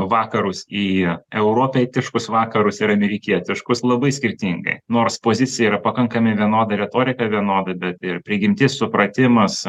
vakarus į europeitiškus vakarus ir amerikietiškus labai skirtingai nors pozicija yra pakankamai vienoda retorika vienodai bet ir prigimtis supratimas